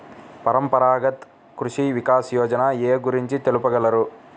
పరంపరాగత్ కృషి వికాస్ యోజన ఏ గురించి తెలుపగలరు?